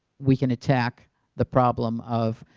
we can attack the problem of